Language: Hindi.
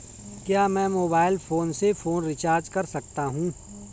क्या मैं मोबाइल फोन से फोन रिचार्ज कर सकता हूं?